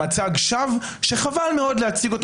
יש פה מצג שווא שחבל מאוד להציג אותו